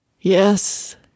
Yes